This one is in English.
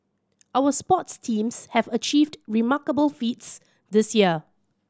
our sports teams have achieved remarkable feats this year